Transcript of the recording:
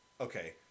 Okay